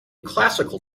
classical